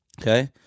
okay